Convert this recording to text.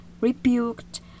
rebuked